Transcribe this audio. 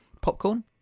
popcorn